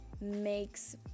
makes